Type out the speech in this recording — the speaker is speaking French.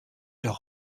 leur